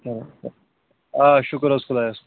آ شُکُر حظ خۄدایَس کُن